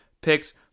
picks